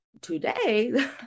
today